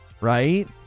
right